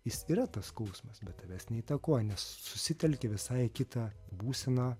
jis yra tas skausmas bet tavęs neįtakoja nes susitelki visai į kitą būseną